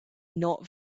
not